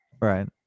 Right